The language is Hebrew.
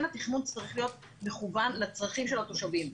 התכנון צריך להיות מכוון לצרכים של התושבים,